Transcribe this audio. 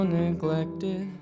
neglected